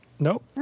Nope